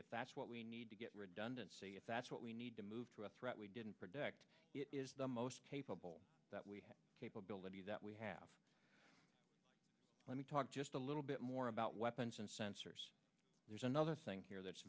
if that's what we need to get redundancy if that's what we need to move through a threat we didn't predict it is the most capable that we have capability that we have let me talk just a little bit more about weapons and sensors there's another thing here that's